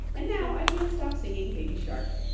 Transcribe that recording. and now i can't stop singing baby shark.